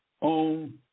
on